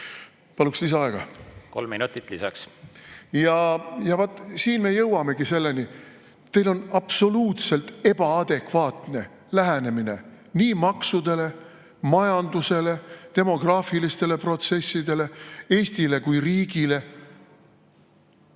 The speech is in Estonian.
Paluksin lisaaega. Kolm minutit lisaks. Ja vaat, me jõuamegi selleni, et teil on absoluutselt ebaadekvaatne lähenemine maksudele, majandusele, demograafilistele protsessidele ja Eestile kui riigile.